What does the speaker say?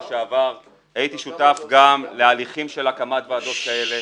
לשעבר, הייתי שותף גם להליכים של הקמת ועדות כאלה,